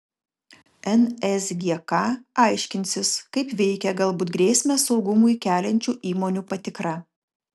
nsgk aiškinsis kaip veikia galbūt grėsmę saugumui keliančių įmonių patikra